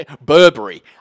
Burberry